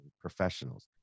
professionals